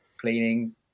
cleaning